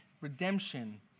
Redemption